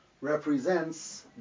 represents